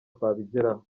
twabigeraho